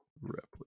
replica